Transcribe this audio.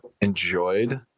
enjoyed